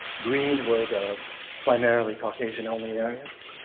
green were the primarily caucasian only areas,